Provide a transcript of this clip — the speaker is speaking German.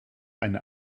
eine